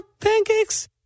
pancakes